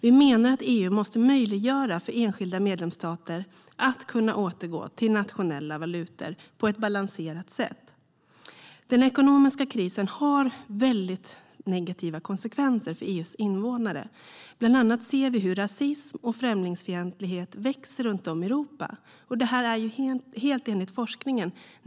Vi menar att EU måste möjliggöra för enskilda medlemsstater att återgå till nationella valutor på ett balanserat sätt. Den ekonomiska krisen har väldigt negativa konsekvenser för EU:s invånare. Bland annat ser vi hur rasism och främlingsfientlighet växer runt om i Europa. Det är helt enligt forskningen.